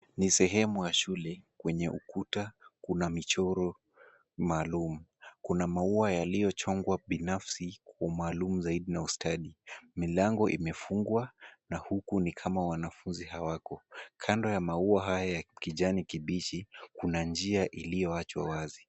Ni sehemu ya shule. Kwenye ukuta kuna michoro maalum. Kuna maua yaliyochongwa binafsi kwa umaalum zaidi na ustadi. Milango imefungwa na huku ni kama wanafunzi hawako. Kando ya maua haya ya kijani kibichi, kuna njia iliyowachwa wazi.